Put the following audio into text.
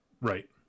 right